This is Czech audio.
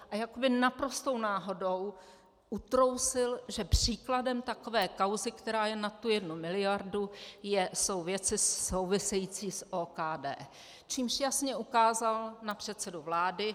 A jakoby naprostou náhodou utrousil, že příkladem takové kauzy, která je nad tu jednu miliardu, jsou věci související s OKD, čímž jasně ukázal na předsedu vlády.